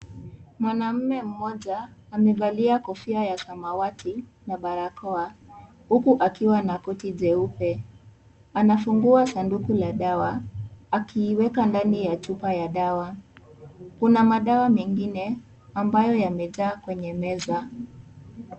Mwanaume mmoja, amevalia kofia ya samawati na barakoa, huku akiwa na koti jeupe. Anafungua sanduku la dawa, akiiweka ndani ya chupa ya dawa. Kuna madawa mengi, ambayo yamejaa kwenye meza.